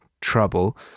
trouble